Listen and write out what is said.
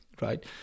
right